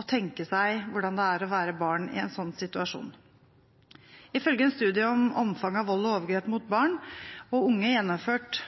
å tenke seg hvordan det er å være barn i en slik situasjon. Ifølge en studie om omfang av vold og overgrep mot barn og unge gjennomført